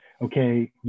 okay